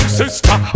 sister